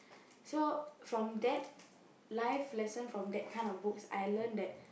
so from that life lesson from that kind of books I learn that